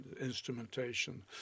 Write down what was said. instrumentation